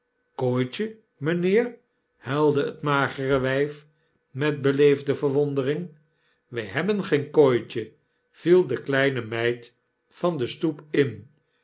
kooitje mijnheer huilde het magere wyf met beleefde verwondering wij hebben geen kooitje viel de kleine meid van de stoep in